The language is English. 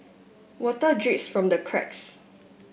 water drips from the cracks